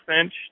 inch